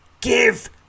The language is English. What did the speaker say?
Give